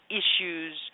issues